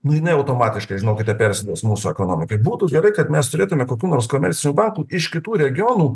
nu jinai automatiškai žinokite persiduos mūsų ekonomikai būtų gerai kad mes turėtume kokių nors komercinių bankų iš kitų regionų